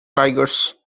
tigers